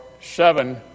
seven